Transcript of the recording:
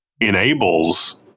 enables